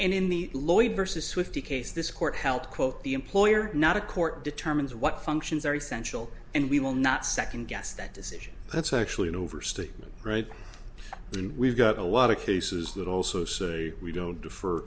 and in the lawyer vs swifty case this court held quote the employer not a court determines what functions are essential and we will not second guess that decision that's actually an overstatement and we've got a lot of cases that also say we don't defer